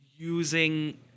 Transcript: using